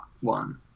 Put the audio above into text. one